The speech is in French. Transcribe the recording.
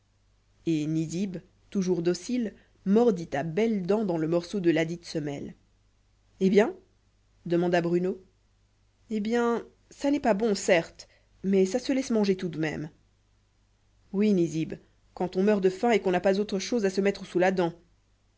et nizib toujours docile mordit à belles dents dans le morceau de ladite semelle eh bien demanda bruno eh bien ça n'est pas bon certes mais ça se laisse manger tout de même oui nizib quand on meurt de faim et qu'on n'a pas autre chose à se mettre sous la dent